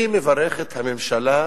אני מברך את הממשלה,